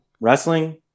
Wrestling